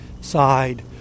side